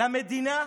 למדינה,